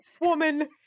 Woman